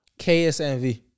KSNV